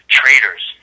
traitors